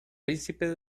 príncipe